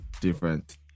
different